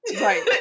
Right